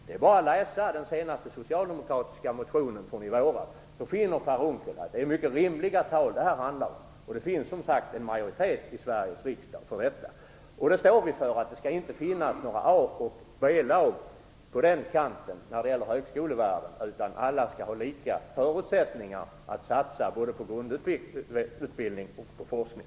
Det är bara att läsa den senaste socialdemokratiska motionen, från i våras. Då skall Per Unckel finna att det här handlar om mycket rimliga tag. Det finns, som sagt, en majoritet i Sveriges riksdag för detta. Vi står för att det inte skall finnas några A och B lag i högskolevärlden, utan alla skall ha lika förutsättningar att satsa både på grundutbildning och på forskning.